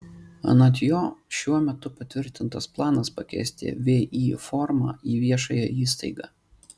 anot jo šiuo metu patvirtintas planas pakeisti vį formą į viešąją įstaigą